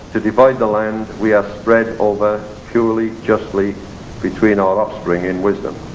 to divide the land, we are spread over purely, justly between our offspring in wisdom.